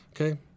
okay